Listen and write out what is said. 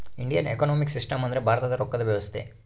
Indian economic system ಅಂದ್ರ ಭಾರತದ ರೊಕ್ಕದ ವ್ಯವಸ್ತೆ